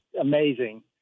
amazing